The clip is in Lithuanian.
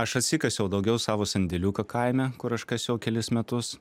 aš atsikasiau daugiau savo sandėliuką kaime kur aš kasiau kelis metus